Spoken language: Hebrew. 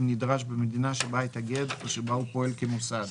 אם נדרש במדינה שבה התאגד או שבה הוא פועל כמוסד,